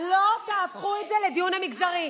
לא תהפכו את זה לדיון מגזרי.